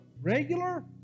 regular